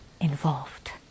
involved